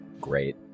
Great